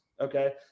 okay